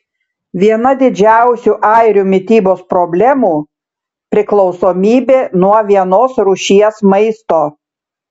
viena didžiausių airių mitybos problemų priklausomybė nuo vienos rūšies maisto